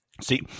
See